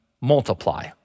multiply